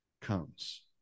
comes